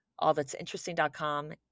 allthat'sinteresting.com